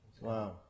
Wow